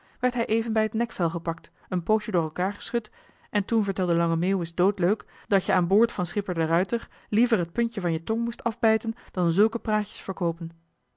werd hij even bij t nekvel gepakt een poosje door elkaar geschud en toen vertelde lange meeuwis doodleuk dat je aan boord van schipper de ruijter liever het puntje van je tong moest afbijten dan zulke praatjes verkoopen